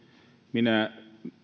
minä